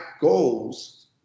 goals